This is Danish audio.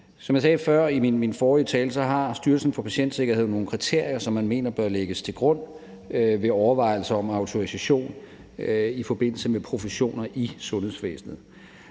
Som jeg sagde i min forrige tale, har Styrelsen for Patientsikkerhed nogle kriterier, som man mener bør lægges til grund ved overvejelser om autorisation i forbindelse med professioner i sundhedsvæsenet.